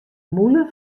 mûle